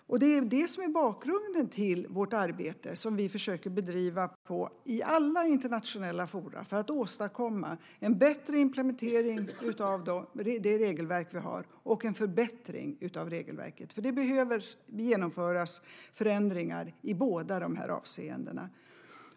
Det är det som är bakgrunden till det arbete som vi försöker bedriva i alla internationella forum för att åstadkomma en bättre implementering av det regelverk vi har och en förbättring av regelverket, för det behöver genomföras förändringar i båda de här avseendena.